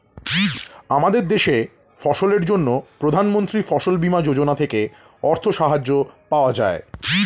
আমাদের দেশে ফসলের জন্য প্রধানমন্ত্রী ফসল বীমা যোজনা থেকে অর্থ সাহায্য পাওয়া যায়